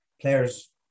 players